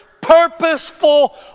purposeful